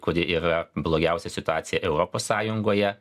kuri yra blogiausia situacija europos sąjungoje